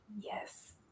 yes